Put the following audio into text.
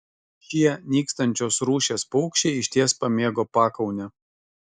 šie nykstančios rūšies paukščiai išties pamėgo pakaunę